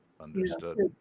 Understood